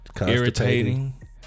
Irritating